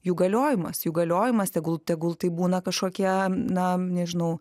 jų galiojimas jų galiojimas tegul tegul tai būna kažkokie na nežinau